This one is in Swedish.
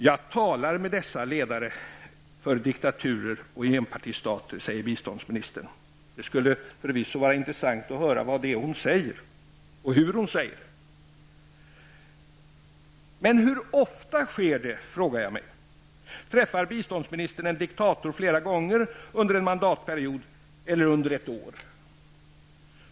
Jag talar med dessa ledare för diktaturer och enpartistater, säger biståndsministern. Det skulle vara intressant att höra vad hon säger och hur hon säger det. Hur ofta sker detta? frågade jag mig. Träffar biståndsministern en diktator flera gånger under en mandatperiod eller under ett år?